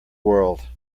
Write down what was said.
world